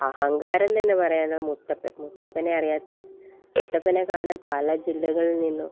അഹങ്കാരമെന്ന് പറയാനൊരു മുത്തപ്പൻ മുത്തപ്പനെ അറിയാത്ത മുത്തപ്പനെ കാണാൻ പല ജില്ലകളിൽ നിന്നും